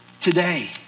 today